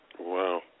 Wow